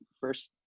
first